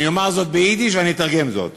אני אומר זאת ביידיש ואתרגם זאת